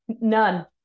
None